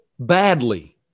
badly